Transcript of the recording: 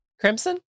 Crimson